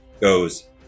goes